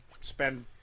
spend